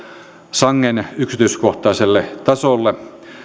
sangen yksityiskohtaiselle tasolle